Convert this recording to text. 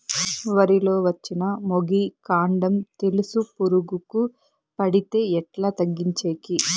వరి లో వచ్చిన మొగి, కాండం తెలుసు పురుగుకు పడితే ఎట్లా తగ్గించేకి?